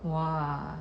!wah!